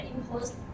imposed